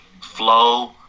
flow